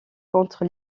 contre